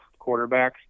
quarterbacks